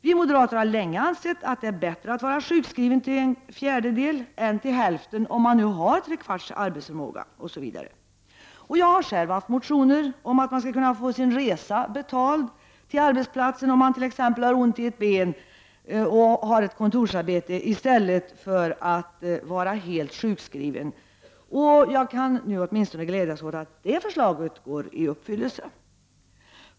Vi moderater har länge ansett att det är bättre att vara sjukskriven till en fjärdedel än till hälften om man nu har trefjärdedels arbetsförmåga. Jag har själv väckt motioner om att man i stället för att vara helt sjukskriven skall kunna få sin resa till arbetsplatsen betald om man t.ex. har ont i ett ben och har ett kontorsarbete. Jag kan ju åtminstone glädjas åt att detta förslag förverkligas.